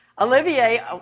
Olivier